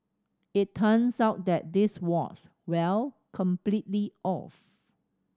it turns out that this was well completely off